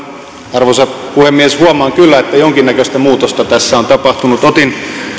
arvoisa puhemies huomaan kyllä että jonkinnäköistä muutosta tässä on tapahtunut otin